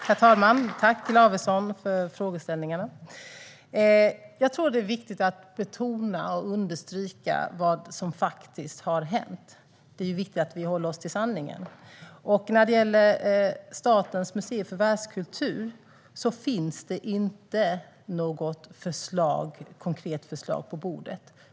Herr talman! Tack, Olof Lavesson, för frågorna! Jag tror att det är viktigt att betona och understryka vad som faktiskt har hänt. Det är viktigt att vi håller oss till sanningen, och när det gäller Statens museer för världskultur finns det inte något konkret förslag på bordet.